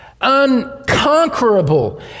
unconquerable